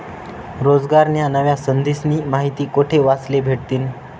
रोजगारन्या नव्या संधीस्नी माहिती कोठे वाचले भेटतीन?